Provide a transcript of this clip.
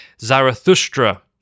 Zarathustra